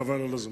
חבל על הזמן.